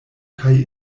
kaj